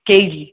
K G